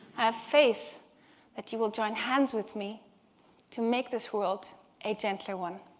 have faith that you'll join hands with me to make this world a gentler one.